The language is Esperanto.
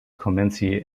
komenci